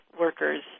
workers